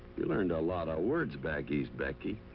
you learned a lot of words back east, becky.